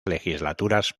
legislaturas